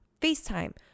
FaceTime